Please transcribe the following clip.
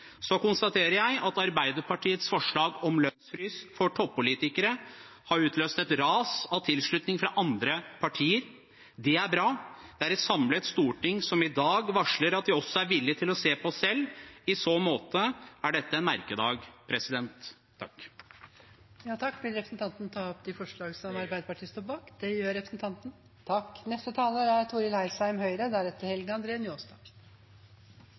Så konstaterer jeg at Arbeiderpartiets forslag om lønnsfrys for toppolitikere har utløst et ras av tilslutning fra andre partier. Det er bra. Det er et samlet storting som i dag varsler at vi også er villig til å se på oss selv. I så måte er dette en merkedag. Vil representanten ta opp de forslag som Arbeiderpartiet står bak? Det vil jeg. Representanten Masud Gharahkhani har tatt opp de forslagene han refererte til. Det er